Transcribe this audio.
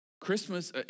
Christmas